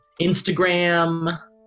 Instagram